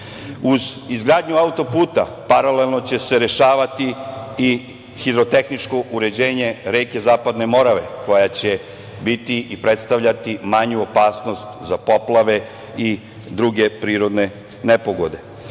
izgradnju auto-puta paralelno će se rešavati i hidrotehničko uređenje reke Zapadne Morave, koja će biti i predstavljati manju opasnost za poplave i druge prirodne nepogode. Naravno,